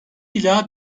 ila